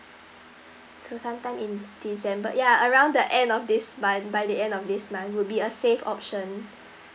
so sometime in december yeah around the end of this month by the end of this month would be a safe option